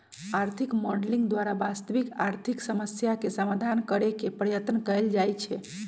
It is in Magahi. आर्थिक मॉडलिंग द्वारा वास्तविक आर्थिक समस्याके समाधान करेके पर्यतन कएल जाए छै